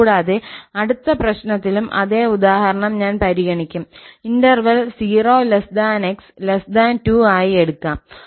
കൂടാതെ അടുത്ത പ്രശ്നത്തിലും അതേ ഉദാഹരണം ഞാൻ പരിഗണിക്കും ഇന്റർവെൽ 0 𝑥 2 ആയി എടുക്കും